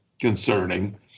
concerning